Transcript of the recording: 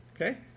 Okay